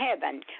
heaven